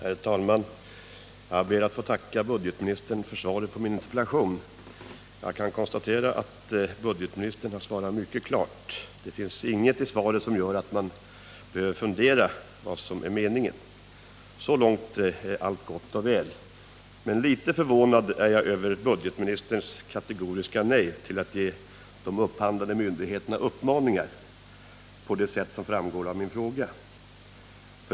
Herr talman! Jag ber att få tacka budgetoch ekonomiministern för svaret på min interpellation. Jag kan konstatera att budgetoch ekonomiministern har svarat mycket klart. Det finns inget i svaret som gör att man behöver fundera över vad som är meningen. Så långt är allt gott och väl. Men litet förvånad är jag över budgetoch ekonomiministerns kategoriska nej till att ge de upphandlande myndigheterna uppmaningar på det sätt som framgår av min fråga.